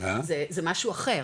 זה משהו אחר